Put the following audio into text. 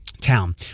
town